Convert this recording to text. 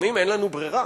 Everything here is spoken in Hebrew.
לפעמים אין לנו ברירה,